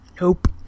Nope